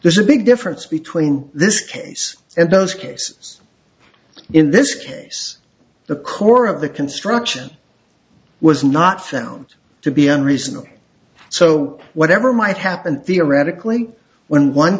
there's a big difference between this case and those cases in this case the core of the construction was not found to be unreasonable so whatever might happen theoretically when one